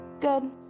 Good